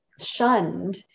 shunned